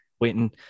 waiting